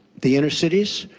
the inner cities.